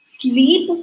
sleep